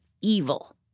evil